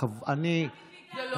אני אבדוק אותך.